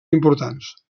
importants